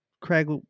Craig